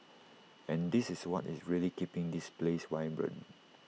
and this is what is really keeping this place vibrant